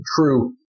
true